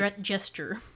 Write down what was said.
gesture